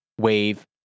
wave